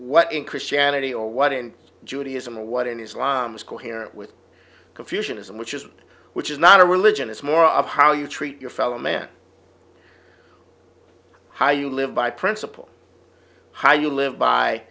what in christianity or what in judaism or what in islam is coherent with confucianism which is which is not a religion it's more of how you treat your fellow man how you live by principle how you live by